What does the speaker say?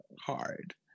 hard